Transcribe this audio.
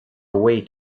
away